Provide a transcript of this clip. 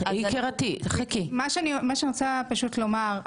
מה שאני רוצה פשוט לומר,